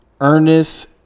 Ernest